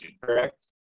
correct